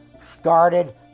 started